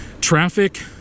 traffic